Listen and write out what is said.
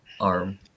arm